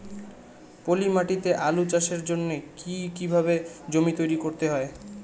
পলি মাটি তে আলু চাষের জন্যে কি কিভাবে জমি তৈরি করতে হয়?